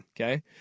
Okay